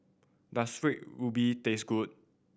does Red Ruby taste good